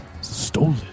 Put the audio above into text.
Stolen